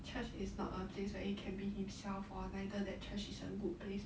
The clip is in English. church is not a place where he can be himself or neither that church is a good place